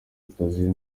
akazi